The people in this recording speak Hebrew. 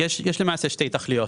למעשה ,יש שתי תכליות